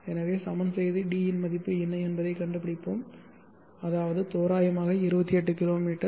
எனவே சமன் செய்து d இன் மதிப்பு என்ன என்பதைக் கண்டுபிடிப்போம் அதாவது தோராயமாக 28 கிலோமீட்டர்